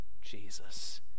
jesus